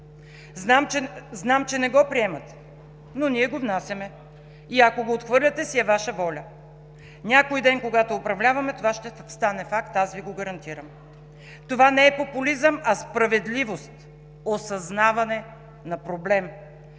Знам, че не го приемате, но ние го внасяме и ако го отхвърлите, си е Ваша воля. Някой ден, когато управляваме, това ще стане факт. Аз Ви го гарантирам. Това не е популизъм, а справедливост, осъзнаване на проблем.